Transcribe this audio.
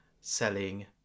selling